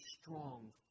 strong